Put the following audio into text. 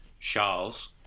Charles